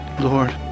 Lord